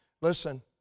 listen